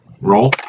Roll